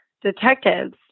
detectives